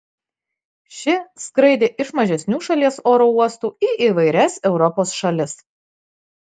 ši skraidė iš mažesnių šalies oro uostų į įvairias europos šalis